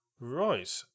Right